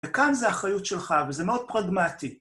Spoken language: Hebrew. וכאן זה אחריות שלך, וזה מאוד פרגמטי.